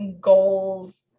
goals